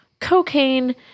cocaine